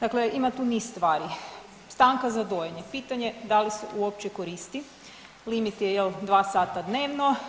Dakle, ima tu niz stvari, stanka za dojenje, pitanje da li se uopće koristi, limit je jel 2 sata dnevno.